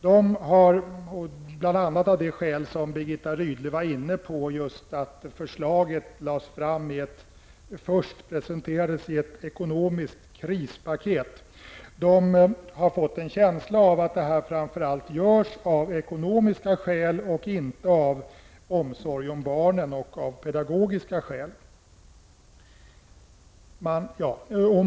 De har bl.a. av det skäl som Birgitta Rydle nämnde, att förslaget först presenterades i ett ekonomiskt krispaket, fått en känsla av att det framläggs främst av ekonomiska skäl, inte av omsorg om barnen och av pedagogiska skäl.